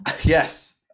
yes